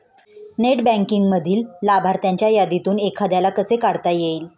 Net बँकिंगमधील लाभार्थ्यांच्या यादीतून एखाद्याला कसे काढता येईल?